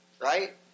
Right